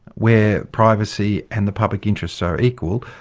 where privacy and the public interest are equal,